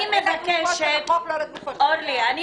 אני מבקשת --- דברי לגופו של החוק,